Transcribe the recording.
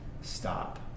stop